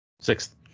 Sixth